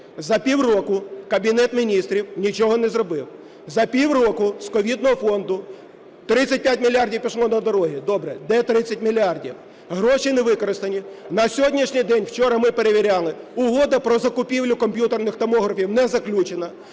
За півроку Кабінет Міністрів нічого не зробив. За півроку з ковідного фонду 35 мільярдів пішло на дороги. Добре. Де 30 мільярдів? Гроші не використані, на сьогоднішній день (вчора ми перевіряли) угода про закупівлю комп'ютерних томографів не заключена.